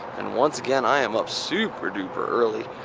and once again i am up super duper early.